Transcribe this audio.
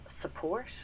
support